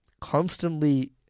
constantly